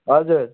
हजुर